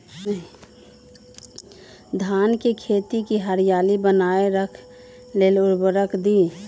धान के खेती की हरियाली बनाय रख लेल उवर्रक दी?